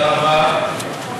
אדוני היושב-ראש,